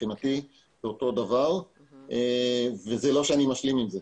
מבחינתי זה אותו דבר, ולא שאני משלים עם זה.